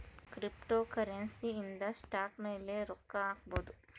cryptocurrency ಇಂದ stock ಮೇಲೆ ರೊಕ್ಕ ಹಾಕ್ಬೊದು